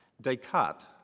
Descartes